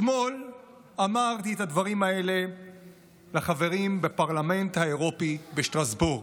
אתמול אמרתי את הדברים האלה לחברים בפרלמנט האירופי בשטרסבורג.